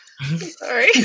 Sorry